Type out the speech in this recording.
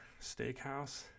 Steakhouse